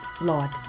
Lord